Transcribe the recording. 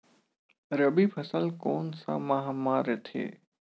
रबी फसल कोन सा माह म रथे?